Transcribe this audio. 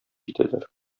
китәләр